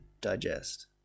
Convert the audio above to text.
digest